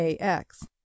ax